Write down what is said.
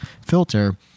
filter